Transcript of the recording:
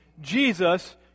Jesus